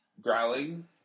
growling